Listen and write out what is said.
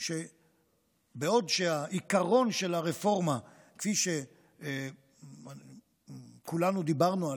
שבעוד העיקרון של הרפורמה כפי שכולנו דיברנו עליה,